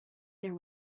there